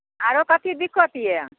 आरो कथी दिक्कत यऽ